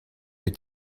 your